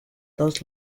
dos